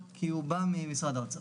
כי אנחנו רוצים לתמרץ.